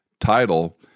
title